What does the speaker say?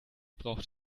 braucht